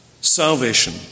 salvation